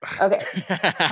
Okay